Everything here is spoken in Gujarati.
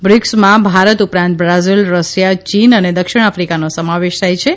બ્રિકસમાં ભારત ઉપરાંત બ્રાઝિલ રશિયા ચીન અને દક્ષિણ આફિકાનો સમાવેશ થાયછે